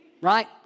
right